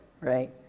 right